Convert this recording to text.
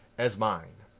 as mine